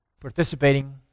participating